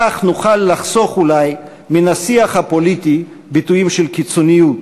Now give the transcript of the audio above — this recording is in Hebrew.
כך נוכל לחסוך אולי מן השיח הפוליטי ביטויים של קיצוניות,